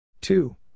Two